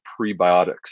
prebiotics